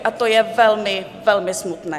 A to je velmi, velmi smutné.